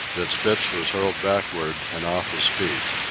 that spitz was hurled backward and off his feet.